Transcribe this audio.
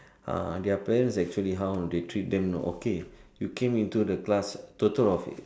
uh their parents actually how they treat them know okay you came into the class total of